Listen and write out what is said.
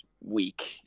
week